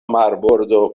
marbordo